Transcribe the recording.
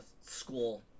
school